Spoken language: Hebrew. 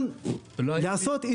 גם לעשות איזון.